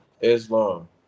Islam